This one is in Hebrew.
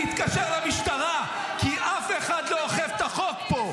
אני אתקשר למשטרה כי אף אחד לא אוכף את החוק פה,